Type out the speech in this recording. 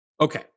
Okay